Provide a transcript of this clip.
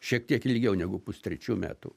šiek tiek ilgiau negu pustrečių metų